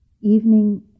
evening